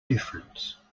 difference